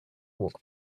walk